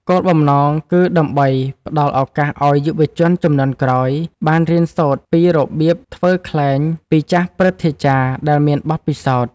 គោលបំណងគឺដើម្បីផ្ដល់ឱកាសឱ្យយុវជនជំនាន់ក្រោយបានរៀនសូត្រពីរបៀបធ្វើខ្លែងពីចាស់ព្រឹទ្ធាចារ្យដែលមានបទពិសោធន៍។